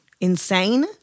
insane